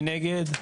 מי נמנע?